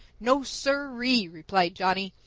no, siree! replied johnny.